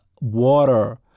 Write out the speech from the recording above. water